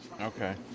Okay